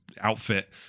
outfit